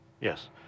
Yes